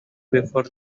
before